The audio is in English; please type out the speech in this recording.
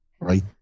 Right